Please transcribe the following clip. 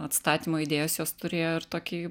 atstatymo idėjos jos turėjo ir tokį